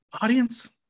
Audience